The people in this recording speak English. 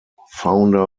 founder